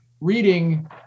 reading